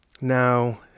Now